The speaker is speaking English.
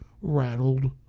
rattled